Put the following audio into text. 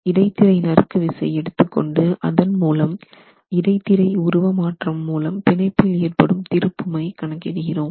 இடைத்திரை நறுக்கு விசை எடுத்துக்கொண்டு அதன் மூலம் இடைத்திரை உருவமாற்றம் மூலம் பிணைப்பில் ஏற்படும் திருப்புமை கணக்கிடுகிறோம்